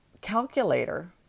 calculator